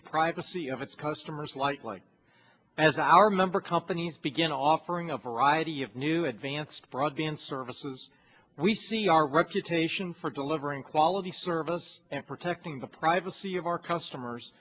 the privacy of its customers like like as our member companies begin offering a variety of new new advanced broadband services we see our reputation for delivering quality service and protecting the privacy of our customers